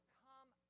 come